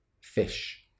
Fish